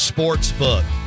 Sportsbook